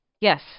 Yes